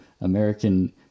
American